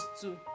two